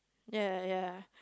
ya ya